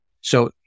So-